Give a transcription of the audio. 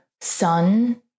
sun